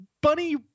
bunny